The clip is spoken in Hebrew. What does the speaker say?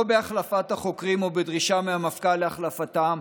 לא בהחלפת החוקרים או בדרישה מהמפכ"ל להחלפתם,